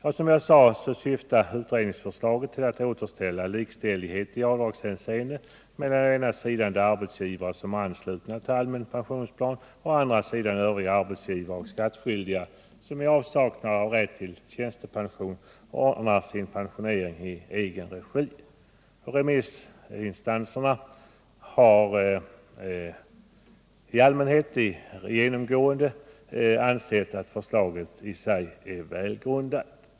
Utredningsförslaget syftar alltså till att återställa likställigheten i avdragshänseende mellan å ena sidan de arbetsgivare som är anslutna till allmän pensionsplan och å andra sidan övriga arbetsgivare samt skattskyldig som i avsaknad av rätt till tjänstepension ordnar sin pensionering i egen regi. Remissinstanserna har genomgående ansett att förslaget i sig är välgrundat.